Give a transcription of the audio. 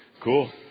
Cool